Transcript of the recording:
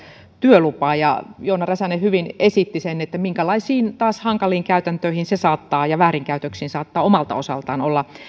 työlupaa joona räsänen hyvin esitti sen minkälaisiin taas hankaliin käytäntöihin ja väärinkäytöksiin se saattaa omalta osaltaan olla